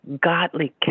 godly